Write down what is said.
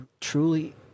truly